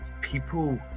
people